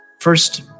First